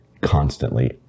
constantly